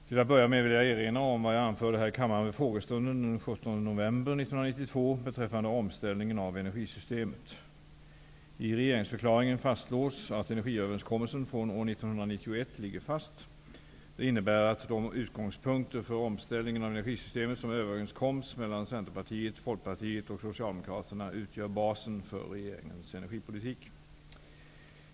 Till att börja med vill jag erinra om vad jag anförde här i kammaren vid frågestunden den 17 november Det innebär att de utgångspunkter för omställningen av energisystemet som överenskoms mellan Centerpartiet, Folkpartiet och Socialdemokraterna utgör basen för regeringens energipolitik.